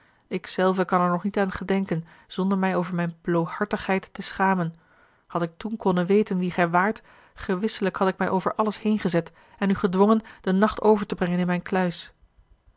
ik zelve kan er nog niet aan gedenken zonder mij over mijne bloohartigheid te schamen had ik toen konnen weten wie gij waart gewisselijk had ik mij over alles heengezet en u gedwongen den nacht over te brengen in mijne kluis